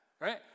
right